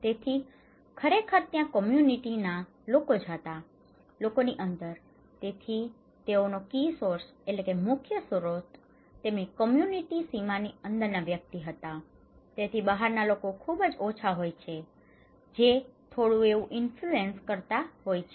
તેથી ખરેખર ત્યાં કમ્યૂનિટીના community સમુદાય લોકો જ હતા છે લોકોની અંદર તેથી તેઓનો કી સોર્સ key source મુખ્ય સ્ત્રોત તેમની કમ્યૂનિટીની community સમુદાય સીમાની અંદરના વ્યક્તિઓ જ હતા તેથી બહારના લોકો ખૂબ ઓછા હોય છે જે થોડું એવું ઇન્ફ્લુએંસ કરતાં હોય છે